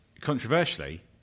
controversially